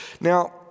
now